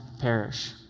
perish